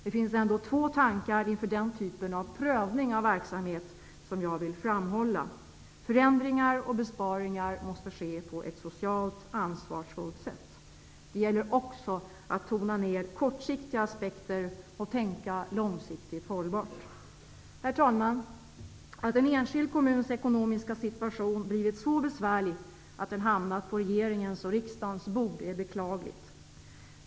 Det finns två tankar inför den typen av prövning av verksamhet som jag vill framhålla. Förändringar och besparingar måste ske på ett socialt ansvarsfullt sätt. Det gäller också att tona ner kortsiktiga aspekter och tänka långsiktigt hållbart. Herr talman! Att en enskild kommuns ekonomiska situation blivit så besvärlig att den hamnat på regeringens och riksdagens bord är beklagligt.